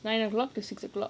nine o'clock to six o'clock